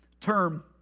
term